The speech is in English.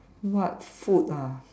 what food ah